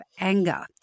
anger